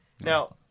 Now